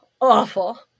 Awful